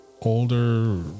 older